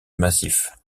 massif